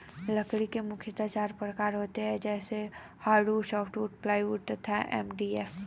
लकड़ी के मुख्यतः चार प्रकार होते हैं जैसे हार्डवुड, सॉफ्टवुड, प्लाईवुड तथा एम.डी.एफ